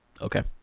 Okay